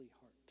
heart